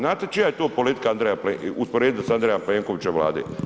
Znate čija je to politika Andreja, usporedit s Andreja Plenkovića Vlade?